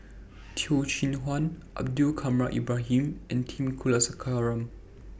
Teo Chee Hean Abdul Kadir Ibrahim and T Kulasekaram